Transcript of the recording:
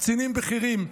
קצינים בכירים,